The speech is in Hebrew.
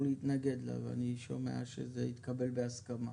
להתנגד לה ואני שומע שזה התקבל בהסכמה.